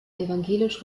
evangelisch